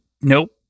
Nope